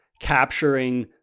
capturing